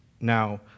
now